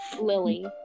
Lily